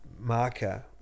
marker